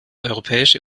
europäische